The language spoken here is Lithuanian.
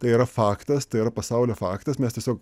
tai yra faktas tai yra pasaulio faktas mes tiesiog